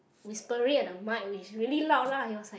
whispering at the mic which really loud lah he was like